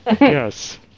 yes